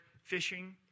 fishing